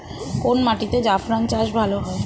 কোন মাটিতে জাফরান চাষ ভালো হয়?